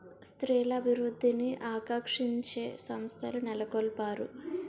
స్త్రీల అభివృద్ధిని ఆకాంక్షించే సంస్థలు నెలకొల్పారు